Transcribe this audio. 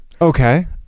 Okay